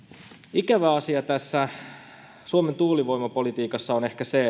ikävä asia tässä suomen tuulivoimapolitiikassa on ehkä se